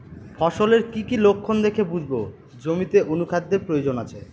ফসলের কি কি লক্ষণ দেখে বুঝব জমিতে অনুখাদ্যের প্রয়োজন আছে?